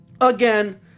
again